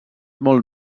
molt